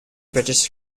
british